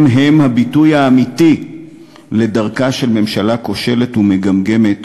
הם-הם הביטוי האמיתי לדרכה של ממשלה כושלת ומגמגמת